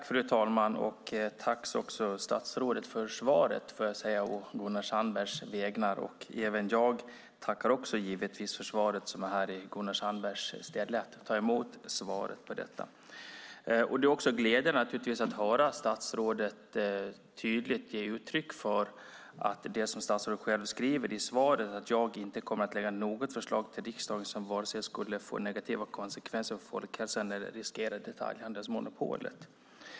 Fru talman! Jag tackar statsrådet för svaret å Gunnar Sandbergs vägnar. Även jag, som är här i Gunnar Sandbergs ställe för att ta emot svaret på interpellationen, tackar givetvis. Det är naturligtvis glädjande att statsrådet tydligt ger uttryck för att hon, som hon själv skriver i svaret, "inte kommer att lägga något förslag till riksdagen som skulle kunna få negativa konsekvenser för folkhälsan eller riskera detaljhandelsmonopolet".